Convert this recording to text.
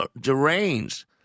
deranged